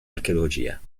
archeologia